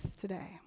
today